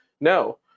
no